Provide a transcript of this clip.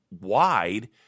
wide